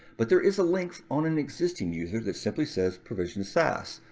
but there is a link on an existing user that simply says, provision saas,